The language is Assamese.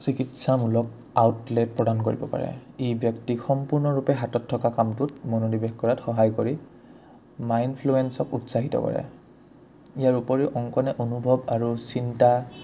চিকিৎসামূলক আউটলেট প্ৰদান কৰিব পাৰে ই ব্যক্তিক সম্পূৰ্ণৰূপে হাতত থকা কামটোত মনোনিৱেশ কৰাত সহায় কৰি মাইণ্ডফ্লুৱেঞ্চক উৎসাহিত কৰে ইয়াৰ উপৰিও অংকনে অনুভৱ আৰু চিন্তা